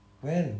when